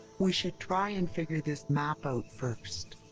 we should try and figure this map out first.